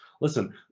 Listen